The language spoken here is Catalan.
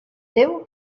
déu